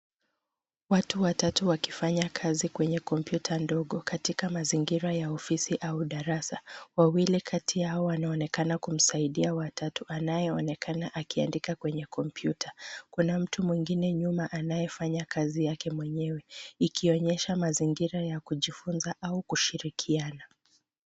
Watu watatu wakifanya kazi kwenye kompyuta ndogo katika mazingira ya ofisi au darasa. Wawili kati yao wanaonekana kumsaidia wa tatu anayeonekana akiandika kwenye kompyuta. Kuna mtu mwengine nyuma anayefanya kazi yake mwenyewe ikionyesha mazingira ya kujifunza au kushirikiana.